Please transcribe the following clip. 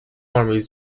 armies